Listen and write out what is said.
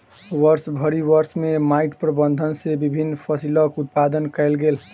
वर्षभरि वर्ष में माइट प्रबंधन सॅ विभिन्न फसिलक उत्पादन कयल गेल